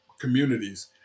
communities